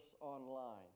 online